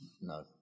No